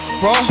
bro